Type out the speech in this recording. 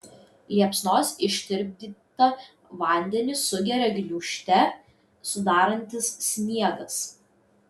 liepsnos ištirpdytą vandenį sugeria gniūžtę sudarantis sniegas